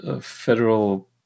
federal